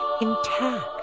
intact